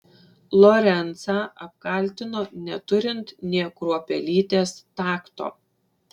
lorencą apkaltino neturint nė kruopelytės takto